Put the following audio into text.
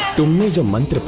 to meet um